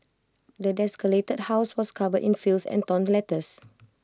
the desolated house was covered in filth and torn letters